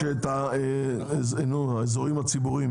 יש אזורים ציבוריים?